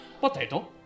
Potato